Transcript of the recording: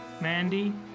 Mandy